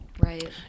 right